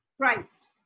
Christ